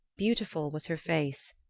beautiful was her face,